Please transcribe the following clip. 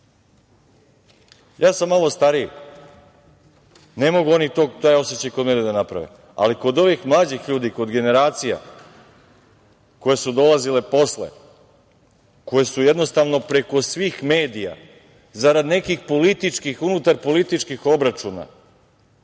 sam malo stariji, ne mogu oni taj osećaj kod mene da naprave, ali kod ovih mlađih ljudi, kod generacija koje su dolazile posle, koje su jednostavno preko svih medija zarad nekih političkih, unutar političkih obračuna